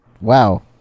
wow